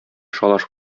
шалаш